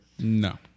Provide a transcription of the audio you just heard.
no